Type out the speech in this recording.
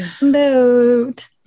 Boat